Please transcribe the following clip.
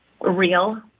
real